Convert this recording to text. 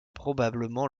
probablement